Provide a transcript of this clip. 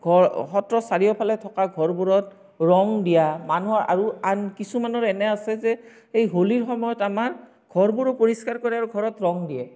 ঘৰ সত্ৰৰ চাৰিওফালে থকা ঘৰবোৰত ৰং দিয়া মানুহৰ আৰু আন কিছুমানৰ এনে আছে যে এই হোলীৰ সময়ত আমাৰ ঘৰবোৰো পৰিষ্কাৰ কৰে আৰু ঘৰত ৰং দিয়ে